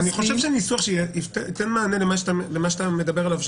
אני חושב שניסוח שייתן מענה למה שאתה מדבר עליו,